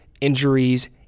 injuries